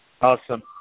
Awesome